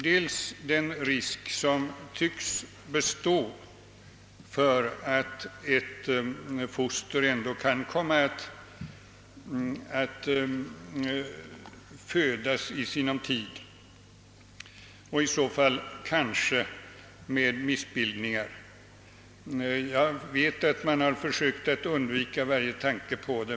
Det är för det första den risk, som tycks bestå för att ett foster ändå kan komma att födas i sinom tid och i så fall kanske med missbildningar. Jag vet ati man har försökt att undvika att så skulle kunna ske.